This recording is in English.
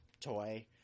toy